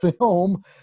film